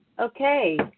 Okay